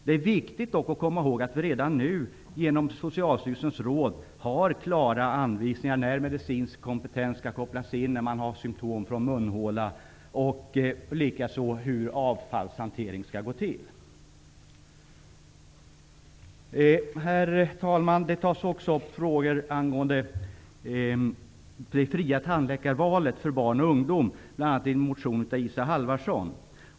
Det är dock viktigt att komma ihåg att vi redan nu, genom Socialstyrelsens råd, har klara anvisningar för när medicinsk kompetens skall kopplas in vid besvär i munhålan och hur avfallshanteringen skall gå till. Herr talman! Frågor om det fria tandläkarvalet för barn och ungdom tas bl.a. upp i en motion av Isa Halvarsson.